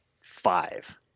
five